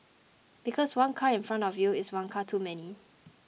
because one car in front of you is one car too many